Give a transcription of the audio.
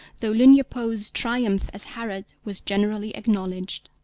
though lugne poe's triumph as herod was generally acknowledged.